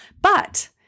But-